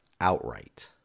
outright